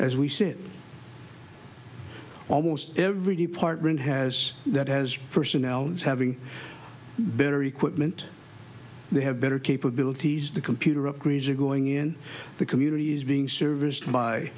as we said almost every department has that has personnel having better equipment they have better capabilities the computer upgrades are going in the community is being serviced by